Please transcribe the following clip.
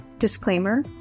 Disclaimer